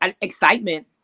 excitement